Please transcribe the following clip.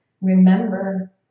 remember